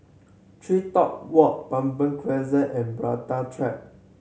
TreeTop Walk Baber Crescent and Track